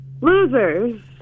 Losers